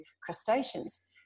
crustaceans